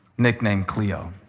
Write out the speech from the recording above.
nickname cleo.